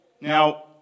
now